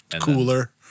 cooler